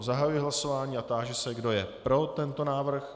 Zahajuji hlasování a táži se, kdo je pro tento návrh.